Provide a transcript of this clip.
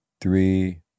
three